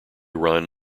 run